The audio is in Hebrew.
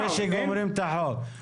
לפני שגומרים את החוק.